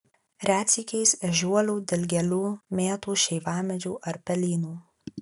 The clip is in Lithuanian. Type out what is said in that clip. retsykiais ežiuolių dilgėlių mėtų šeivamedžių ar pelynų